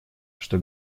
что